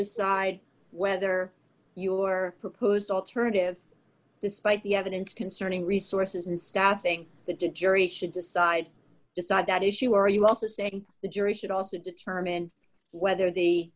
decide whether your proposed alternative despite the evidence concerning resources and staffing they did jury should decide decide that issue are you also saying the jury should also determine whether the